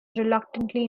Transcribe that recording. reluctantly